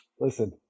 Listen